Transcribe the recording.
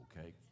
okay